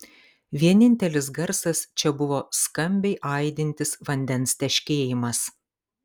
vienintelis garsas čia buvo skambiai aidintis vandens teškėjimas